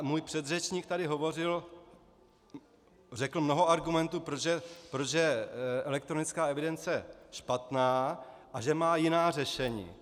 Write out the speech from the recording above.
Můj předřečník tady hovořil, řekl mnoho argumentů, proč je elektronická evidence špatná a že má jiná řešení.